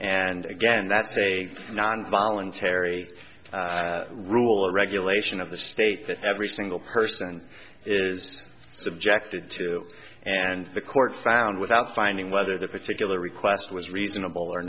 and again that's a not involuntary rule or regulation of the state that every single person is subjected to and the court found without finding whether the particular request was reasonable or